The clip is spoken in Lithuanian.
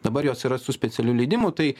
dabar jos yra su specialiu leidimu tai